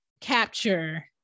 capture